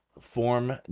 form